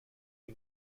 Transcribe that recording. sui